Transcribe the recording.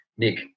Nick